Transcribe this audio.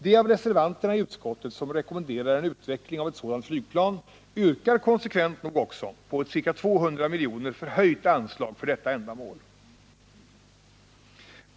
De av reservanterna i utskottet som rekommenderar en utveckling av ett sådant flygplan yrkar konsekvent nog också på ett ca 200 milj.kr. förhöjt anslag för detta ändamål.